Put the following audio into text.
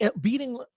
beating